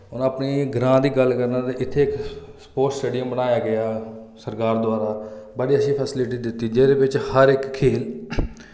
हुन अपने ग्रां दी गल्ल करना ते इत्थै इक स्पोर्ट्स स्टेडियम बनाया गेआ सरकार द्वारा बड़ी अच्छी फैसिलिटी दित्ती जेह्दे बिच हर इक खेल